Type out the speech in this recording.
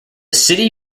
city